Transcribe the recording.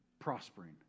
prospering